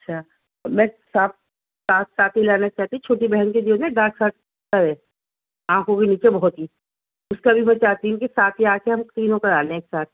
اچھا میں صاف ساتھ ساتھی لانا چاہتی ہوں چھوٹی بہن کے جو ہے آنکھوں بھی نیچے بہت ہی اس کا بھی میں چاہتی ہوں کہ ساتھی آ کے ہم کلین ہو کر آ لیں ایک ساتھ